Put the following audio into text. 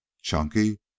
Chunky